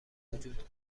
وجود